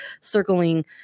circling